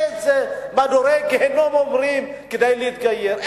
איזה מדורי גיהינום הם עוברים כדי להתגייר,